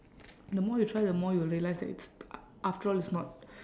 the more you try the more you will realise that it's a~ after all it's not